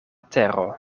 tero